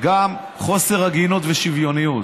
גם חוסר הגינות ושוויוניות.